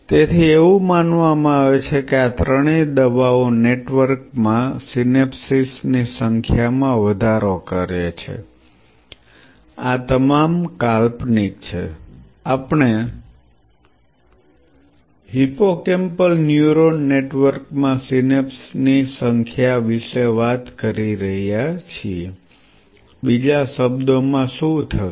તેથી એવું માનવામાં આવે છે કે આ ત્રણેય દવાઓ નેટવર્કમાં સિનેપ્સ ની સંખ્યામાં વધારો કરે છે આ તમામ કાલ્પનિક છે આપણે હિપ્પોકેમ્પલ ન્યુરોન નેટવર્કમાં સિનેપ્સ ની સંખ્યા વિશે વાત કરી રહ્યા છીએ બીજા શબ્દોમાં શું થશે